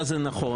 לכאורה זה נכון.